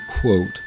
quote